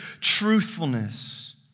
truthfulness